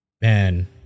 Man